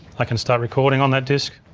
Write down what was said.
like can start recording on that disk.